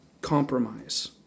Compromise